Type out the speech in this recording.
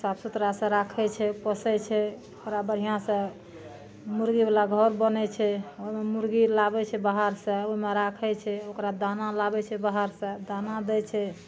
साफ सुथरा सऽ राखै छै पोसै छै ओकरा बढ़िऑं सऽ मुर्गीबला घर बनै छै ओहिमे मुर्गी लाबै छै बाहर सऽ ओहिमे राखै छै ओकरा दाना लाबै छै बहार सए दाना दै छै